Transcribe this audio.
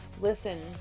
Listen